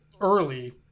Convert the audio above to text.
early